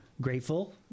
grateful